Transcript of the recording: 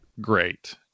great